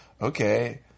Okay